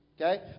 Okay